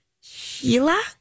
Sheila